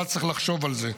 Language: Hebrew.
מה צריך לחשוב על זה.